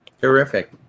Terrific